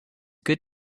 good